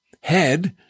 head